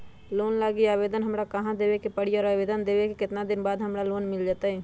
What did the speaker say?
Loan लागी आवेदन हमरा कहां देवे के पड़ी और आवेदन देवे के केतना दिन बाद हमरा लोन मिल जतई?